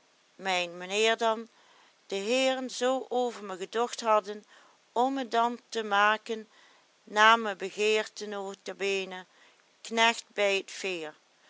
menheer dan de heeren zoo over me gedocht hadden om me dan te maken na me begeerte note bene knecht bij et veer